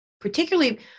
particularly